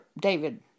David